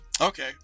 Okay